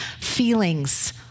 feelings